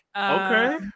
Okay